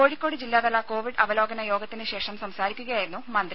കോഴിക്കോട് ജില്ലാതല കോവിഡ് അവലോകന യോഗത്തിന് ശേഷം സംസാരിക്കുകയായിരുന്നു മന്ത്രി